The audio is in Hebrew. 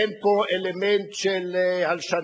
אין פה אלמנט של הלשנות,